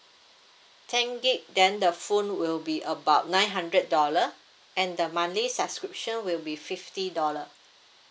ten gig then the phone will be about nine hundred dollar and the monthly subscription will be fifty dollar